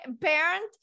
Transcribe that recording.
parent